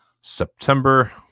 September